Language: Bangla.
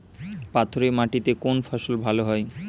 পাথরে মাটিতে কোন ফসল ভালো হয়?